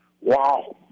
Wow